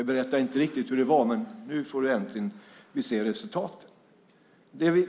Hon berättar inte riktigt hur det var, men nu får vi äntligen se resultaten.